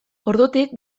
ordutik